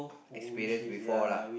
experience before lah